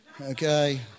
okay